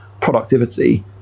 productivity